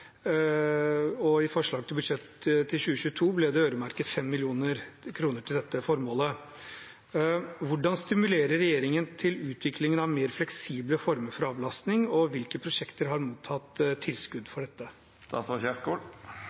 2022 ble det øremerket 5 millioner kroner til dette formålet. Hvordan stimulerer regjeringen til utviklingen av mer fleksible former for avlastning, og hvilke prosjekter har mottatt tilskudd til dette?»